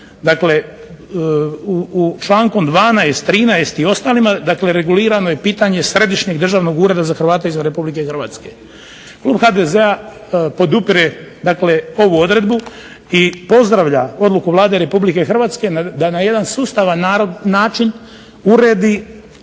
dakle, u člankom 12., 13. i ostalima regulirano je pitanje središnjeg državnog ureda za Hrvate izvan Republike Hrvatske, Klub HDZ-a podupire ovu odluku i pozdravlja odluku Vlade Republike Hrvatske da na jedan sustavan način uredi